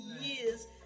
years